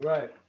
Right